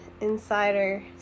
insider